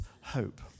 hope